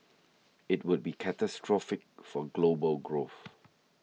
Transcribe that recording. it would be catastrophic for global growth